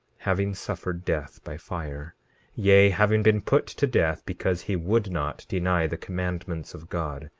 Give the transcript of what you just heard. having suffered death by fire yea, having been put to death because he would not deny the commandments of god,